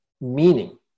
meaning